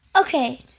Okay